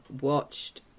watched